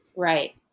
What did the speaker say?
Right